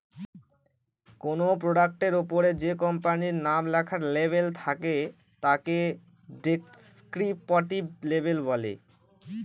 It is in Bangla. কোনো প্রোডাক্টের ওপরে যে কোম্পানির নাম লেখার লেবেল থাকে তাকে ডেস্ক্রিপটিভ লেবেল বলে